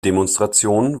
demonstration